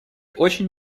очень